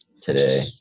today